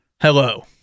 hello